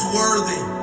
worthy